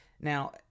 Now